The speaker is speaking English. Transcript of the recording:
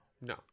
No